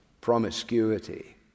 promiscuity